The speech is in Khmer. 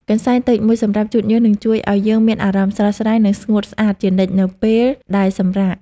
កន្សែងតូចមួយសម្រាប់ជូតញើសនឹងជួយឱ្យយើងមានអារម្មណ៍ស្រស់ស្រាយ និងស្ងួតស្អាតជានិច្ចនៅពេលដែលសម្រាក។